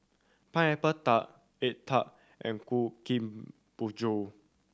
Pineapple Tart egg tart and kueh